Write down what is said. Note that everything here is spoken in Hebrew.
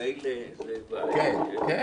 במילא --- בסדר,